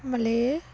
ਮਲੇ